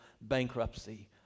bankruptcy